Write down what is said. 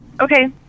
Okay